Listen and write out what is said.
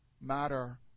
matter